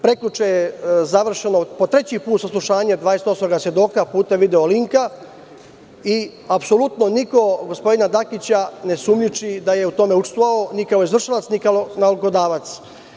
Prekjuče je završeno, po treći put, saslušanje 28 svedoka putem video linka i apsolutno niko gospodina Dakića ne sumnjiči da je u tome učestvovao, ni kao izvršilac, ni kao nalogodavac.